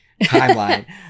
timeline